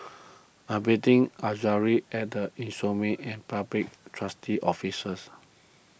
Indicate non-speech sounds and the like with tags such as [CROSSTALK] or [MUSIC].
I'm meeting Azaria at the [UNINTELLIGIBLE] and Public Trustee's Office [UNINTELLIGIBLE]